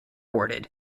awarded